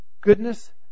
Goodness